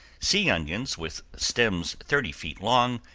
sea onions, with stems thirty feet long,